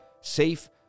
safe